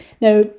Now